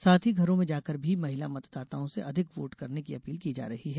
साथ ही घरों में जाकर भी महिला मतदाताओं से अधिक वोट करने की अपील की जा रही है